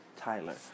Tyler